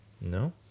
No